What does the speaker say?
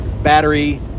battery